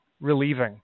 relieving